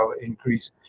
increase